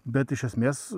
bet iš esmės